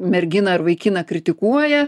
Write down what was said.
merginą ar vaikiną kritikuoja